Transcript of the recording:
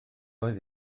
oedd